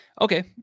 Okay